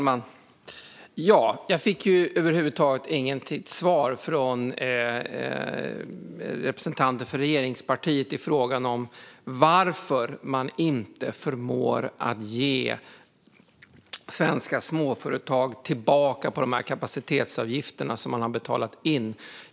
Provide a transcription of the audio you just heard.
Fru talman! Jag fick över huvud taget inte något svar från representanten för regeringspartierna på frågan varför man inte i något så när rimlig tid förmår ge svenska småföretag tillbaka på de kapacitetsavgifter som de betalat in.